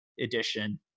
edition